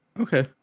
Okay